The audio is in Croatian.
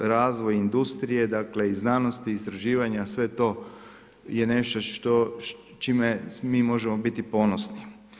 Razvoj industrije, dakle, i znanosti i istraživanja, je sve to nešto čime mi možemo biti ponosni.